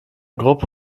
gruppe